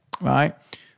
right